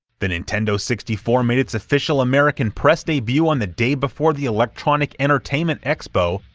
the nintendo sixty four made its official american press debut on the day before the electronic entertainment expo,